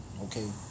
Okay